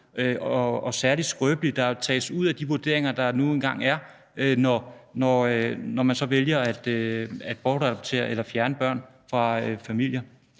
og særlig skrøbelig, der tages ud af de vurderinger, der nu engang er, når man vælger at bortadoptere eller fjerne børn fra familier.